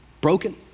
broken